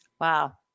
Wow